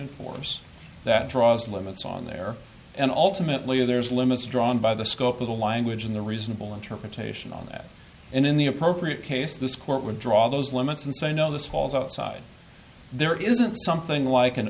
enforce that draws the limits on there and ultimately there's limits drawn by the scope of the language and the reasonable interpretation on that and in the appropriate case this court would draw those limits and say no this falls outside there isn't something like an